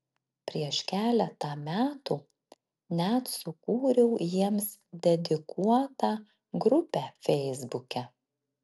prieš keletą metų net sukūriau jiems dedikuotą grupę feisbuke